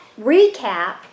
recap